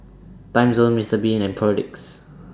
Timezone Mister Bean and Perdix